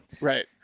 right